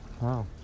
wow